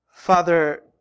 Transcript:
Father